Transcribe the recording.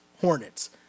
Hornets